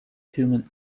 human